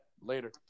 Later